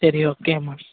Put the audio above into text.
சரி ஓகேம்மா